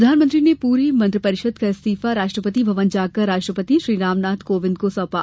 प्रधानमंत्री ने पूरे मंत्रिपरिषद का इस्तीफा राष्ट्रपति भवन जाकर राष्ट्रपति श्री रामनाथ कोविंद को सौंपा